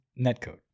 netcode